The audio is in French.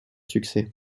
succès